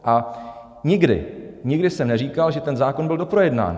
A nikdy, nikdy jsem neříkal, že ten zákon byl doprojednán.